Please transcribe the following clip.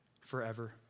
forever